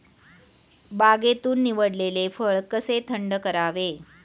बागेतून निवडलेले फळ कसे थंड करावे?